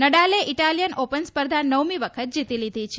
નડાલે Italian Open સ્પર્ધા નવમી વખત જીતી લીધી છે